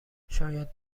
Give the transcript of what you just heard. شاید